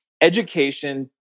education